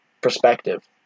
perspective